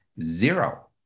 Zero